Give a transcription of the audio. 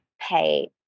pay